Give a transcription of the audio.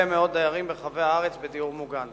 מאוד דיירים בדיור מוגן ברחבי הארץ.